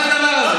הבנתי,